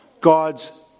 God's